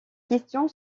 question